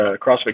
crossfit